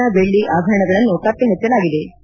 ಚಿನ್ನಬೆಳ್ಳ ಆಭರಣಗಳನ್ನು ಪತ್ತೆಹಚ್ಚಲಾಗಿದೆ